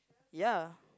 ya